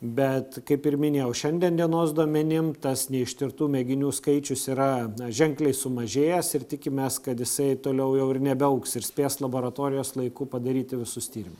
bet kaip ir minėjau šiandien dienos duomenim tas neištirtų mėginių skaičius yra ženkliai sumažėjęs ir tikimės kad jisai toliau jau ir nebeaugs ir spės laboratorijos laiku padaryti visus tyrimus